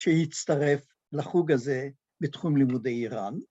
‫שיצטרף לחוג הזה בתחום לימודי איראן.